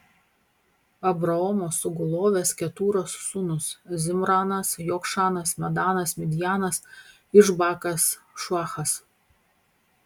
abraomo sugulovės ketūros sūnūs zimranas jokšanas medanas midjanas išbakas šuachas